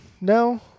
no